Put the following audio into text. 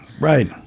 Right